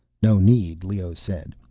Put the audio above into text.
no need, leoh said.